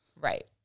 Right